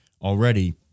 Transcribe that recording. already